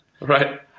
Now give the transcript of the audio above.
Right